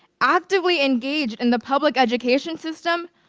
actively engaged in the public education system,